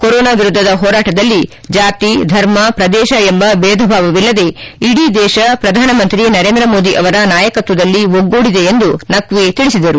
corona ವಿರುದ್ಧದ ಹೋರಾಟದಲ್ಲಿ ಜಾತಿ ಧರ್ಮ ಪ್ರದೇಶ ಎಂಬ ಭೇದಭಾವವಿಲ್ಲದೆ ಇಡೀ ದೇಶ ಪ್ರಧಾನಮಂತ್ರಿ ನರೇಂದ್ರ ಮೋದಿ ಅವರ ನಾಯಕತ್ವದಲ್ಲಿ ಒಗ್ಗೂಡಿದೆ ಎಂದು ನಕ್ವಿ ಹೇಳಿದರು